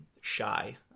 shy